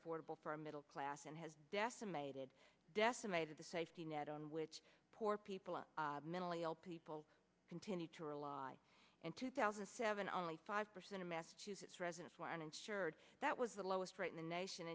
affordable for a middle class and has decimated decimated the safety net on which poor people are mentally ill people continue to rely in two thousand and seven only five percent of massachusetts residents were uninsured that was the lowest rate in the nation